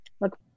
look